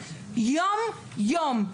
יום-יום,